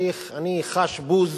אני חש בוז